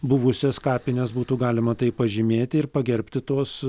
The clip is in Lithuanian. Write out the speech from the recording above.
buvusias kapines būtų galima taip pažymėti ir pagerbti tuos